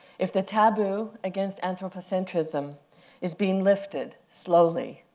if the taboo against anthropocentrism is being lifted, slowly,